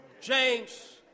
James